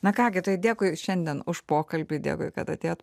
na ką gi tai dėkui šiandien už pokalbį dėkui kad atėjot